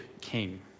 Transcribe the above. king